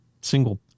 single